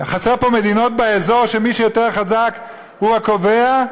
חסרות מדינות באזור שמי שיותר חזק הוא הקובע?